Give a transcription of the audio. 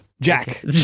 Jack